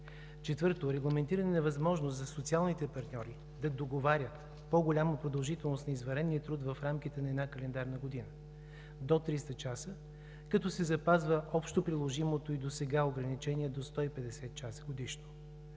време; 4. регламентиране на възможност за социалните партньори да договарят по-голяма продължителност на извънредния труд до 300 часа в рамките на една календарна година, като се запазва общо приложимото и досега ограничение до 150 часа годишно.